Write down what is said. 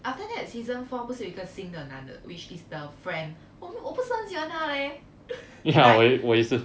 after that season four 不是有一个新的男的 which is the friend 我不是很喜欢他 leh like